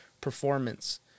performance